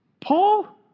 Paul